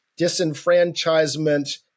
disenfranchisement